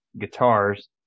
guitars